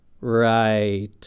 Right